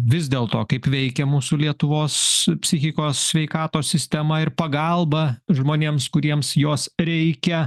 vis dėlto kaip veikia mūsų lietuvos psichikos sveikatos sistema ir pagalba žmonėms kuriems jos reikia